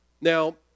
Now